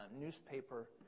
newspaper